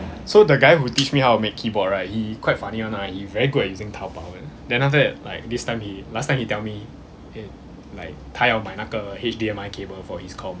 so the guy who teach me how make keyboard right he quite funny [one] ah he very good at using 淘宝 then after that like this time he last time he tell me eh like 他要买那个 H_D_M_I cable for his com